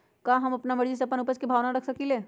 का हम अपना मर्जी से अपना उपज के भाव न रख सकींले?